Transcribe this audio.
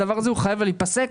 הדבר הזה חייב להיפסק.